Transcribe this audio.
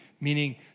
Meaning